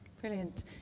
brilliant